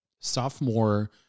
sophomore